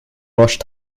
rush